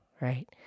Right